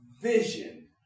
vision